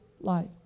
life